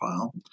file